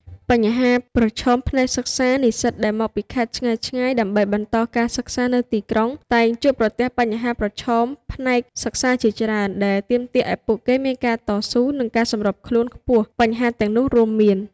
បញ្ហាប្រឈមផ្នែកសិក្សានិស្សិតដែលមកពីខេត្តឆ្ងាយៗដើម្បីបន្តការសិក្សានៅទីក្រុង តែងជួបប្រទះបញ្ហាប្រឈមផ្នែកសិក្សាជាច្រើន ដែលទាមទារឲ្យពួកគេមានការតស៊ូ និងការសម្របខ្លួនខ្ពស់។ បញ្ហាទាំងនោះរួមមាន